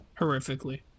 Horrifically